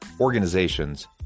organizations